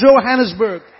Johannesburg